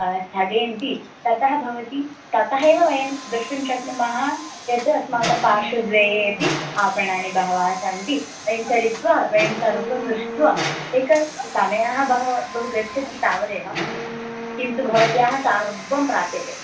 स्थगयन्ति ततः भवति ततः एव वयं द्रष्टुं शक्नुमः यत् अस्माकं पार्श्वद्वये अपि आपणानि बहवः सन्ति वयं चलित्वा वयं सर्वं दृष्ट्वा एकः समयः बहव बहु गच्छति तावदेव किन्तु भवत्याः सर्वं प्राप्यते